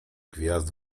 gwiazd